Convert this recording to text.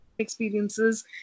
experiences